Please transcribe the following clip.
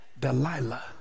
Delilah